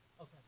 Okay